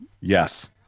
Yes